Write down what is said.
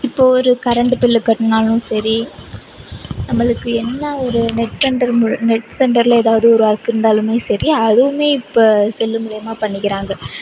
இப்போது ஒரு current bill கட்டணும்னாலும் சரி நம்மளுக்கு என்ன ஒரு நெட் சென்டர் நெட் சென்டரில் ஏதாவது ஒரு வாய்ப்பு இருந்தாலும் சரி அதுவும் இப்போ செல்லு மூலியமாக பண்ணிக்கிறாங்க